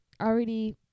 already